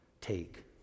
Take